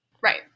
Right